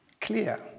clear